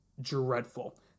dreadful